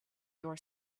your